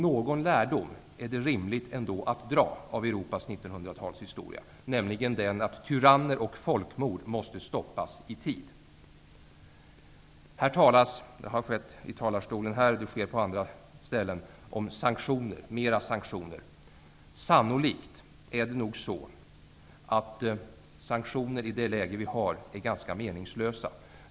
Någon lärdom är det ändå rimligt att man drar av Europas 1900-talshistoria, nämligen den att tyranner och folkmord måste stoppas i tid. Det talas här i talarstolen och på andra ställen om att man borde sätta in fler sanktioner. Sannolikt är det så att sanktioner är ganska meningslösa i det läge vi har.